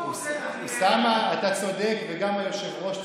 אוסאמה, אתה צודק וגם היושב-ראש צודק,